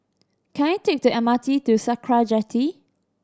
can I take the M R T to Sakra Jetty